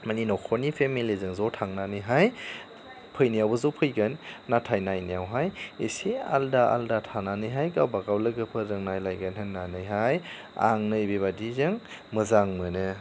माने नखरनि फेमिलिजों ज' थांनानैहाय फैनायावहाय ज' फैगोन नाथाय नायनायावहाय एसे आलादा आलादा थानानैहाय गावबा गाव लोगोफोरजों नायलायगोन होननानैहाय आं नैबे बादिजों मोजां मोनो